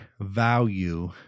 value